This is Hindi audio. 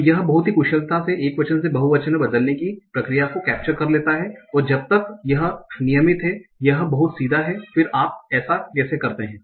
तो यह बहुत ही कुशलता से एकवचन से बहुवचन में बदलने की प्रक्रिया को केपचर कर लेता है और जब तक यह नियमित है यह बहुत सीधा है फिर आप ऐसा कैसे करते हैं